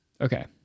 Okay